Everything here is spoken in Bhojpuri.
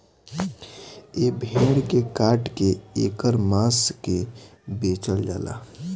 ए भेड़ के काट के ऐकर मांस के बेचल जाला